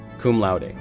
cum laude, and